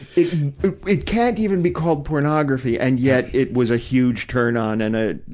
it it can't even be called pornography, and yet it was a huge turn-on and a,